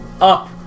up